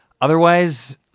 Otherwise